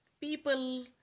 people